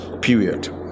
period